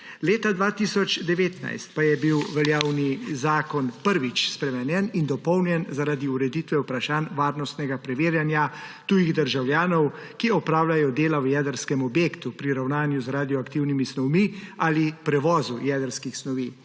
Leta 2019 pa je bil veljavni zakon prvič spremenjen in dopolnjen zaradi ureditve vprašanj varnostnega preverjanja tujih državljanov, ki opravljajo dela v jedrskem objektu pri ravnanju z radioaktivnimi snovmi ali prevozov jedrskih snovi.